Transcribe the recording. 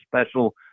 special